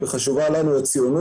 ולא הולך ויורד,